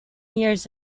years